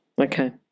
Okay